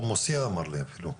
חומוסייה אמר לי אפילו,